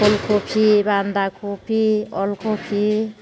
पुल कफि बान्दा कफि अल कफि